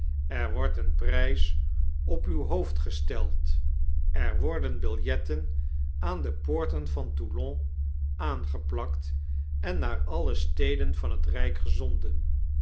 er wordt een prp op uw hoofd gesteld er worden biljetten aan de poorten van toulon aangeplakt en naar alle steden van het rp gezonden